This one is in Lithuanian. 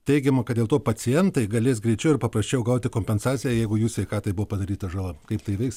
teigiama kad dėl to pacientai galės greičiau ir paprasčiau gauti kompensaciją jeigu jų sveikatai buvo padaryta žala kaip tai veiks